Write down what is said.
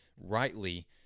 rightly